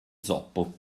zoppo